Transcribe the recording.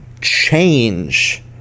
change